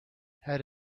had